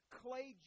clay